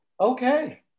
Okay